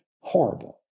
horrible